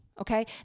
Okay